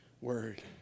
word